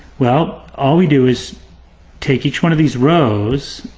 well, all we do is take each one of these rows,